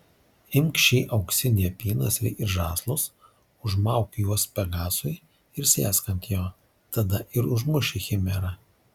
imk šį auksinį apynasrį ir žąslus užmauk juos pegasui ir sėsk ant jo tada ir užmuši chimerą